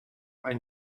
ein